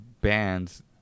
bands